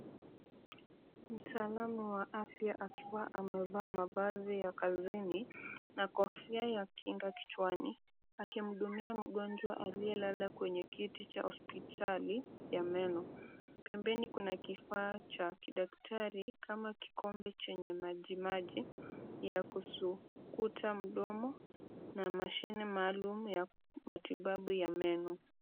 Mtaalamu wa afya akiwa amevaa mavazi ya kazini, na kofia ya kinga kichwani, akimhudumia mgonjwa aliyelala kwenye kiti cha hospitali ya meno. Pembeni kuna kifaa cha kidaktari kama kikombe chenye majimaji ya kusukuta mdomo, na mashine maalum ya matibabu ya meno.